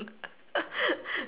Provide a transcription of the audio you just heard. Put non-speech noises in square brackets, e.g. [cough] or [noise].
[laughs]